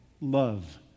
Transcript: love